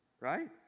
right